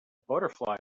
butterfly